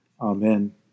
Amen